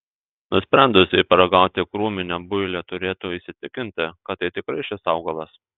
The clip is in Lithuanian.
nusprendusieji paragauti krūminio builio turėtų įsitikinti kad tai tikrai šis augalas